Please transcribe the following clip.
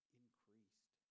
increased